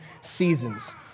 seasons